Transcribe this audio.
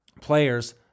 players